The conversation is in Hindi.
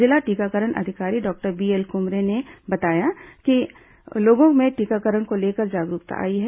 जिला टीकाकरण अधिकारी डॉक्टर बीएल कुमरे ने बताया है कि लोगों में टीकाकरण को लेकर जागरूकता आई है